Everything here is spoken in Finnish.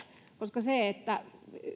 koska